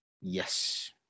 Yes